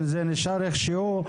זה נשאר איכשהו.